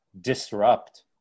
disrupt